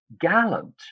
gallant